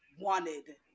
wanted